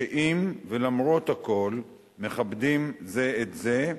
שעם ולמרות הכול מכבדים זה את זה,